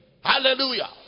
hallelujah